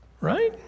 Right